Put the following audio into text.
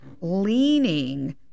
leaning